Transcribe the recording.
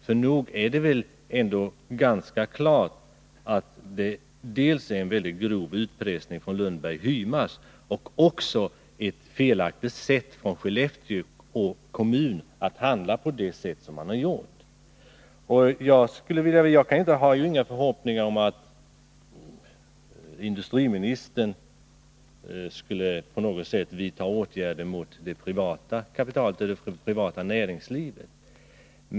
För nog är det väl ganska klart att det har skett en väldigt grov utpressning från Lundberg Hymas och att också Skellefteå kommun har handlat på ett felaktigt sätt. Jag har inga förhoppningar om att industriministern på något sätt skulle vidta åtgärder mot det privata näringslivet.